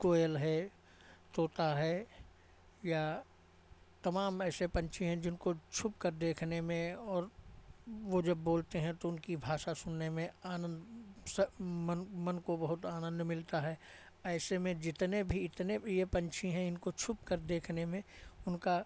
कोयल है तोता है या तमाम ऐसे पंछी हैं जिनको छुपकर देखने में और वो जब बोलते हैं तो उनकी भाषा सुनने में आनंद मन मन को बहुत आनंद मिलता है ऐसे में जितने भी इतने ये पंछी हैं इनको छुपकर देखने में उनका